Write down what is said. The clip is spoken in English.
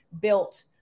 built